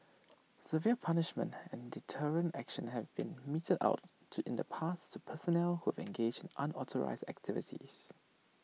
severe punishments and deterrent action have been meted out to in the past to personnel who have engaged in unauthorised activities